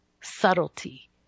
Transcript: subtlety